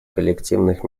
коллективных